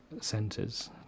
centres